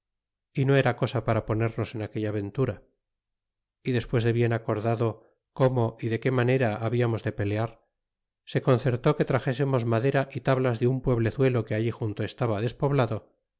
y no era cosa para ponernos en aquella ventura y despues de bien acordado cómo y de que manera hablamos de pelear se concertó que traxesemos madera y tablas de un pueblezuelo que allí junto estaba despoblado